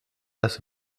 das